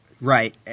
right